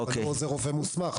--- זה רופא מוסמך.